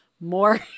more